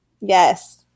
yes